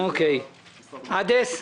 יוסי עדס,